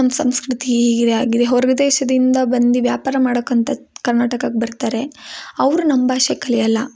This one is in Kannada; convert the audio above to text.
ನಮ್ಮ ಸಂಸ್ಕೃತಿ ಹೀಗಿದೆ ಹಾಗಿದೆ ಹೊರಗೆ ದೇಶದಿಂದ ಬಂದು ವ್ಯಾಪಾರ ಮಾಡೋಕ್ಕೆಂತ ಕರ್ನಾಟಕಕ್ಕೆ ಬರ್ತಾರೆ ಅವ್ರು ನಮ್ಮ ಭಾಷೆ ಕಲಿಯೋಲ್ಲ